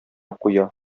куя